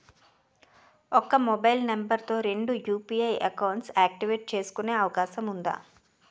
ఒక mobile number తో రెండు యు.పి.ఐ అకౌంట్స్ యాక్టివేట్ చేసుకునే అవకాశం వుందా?